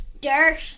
Dirt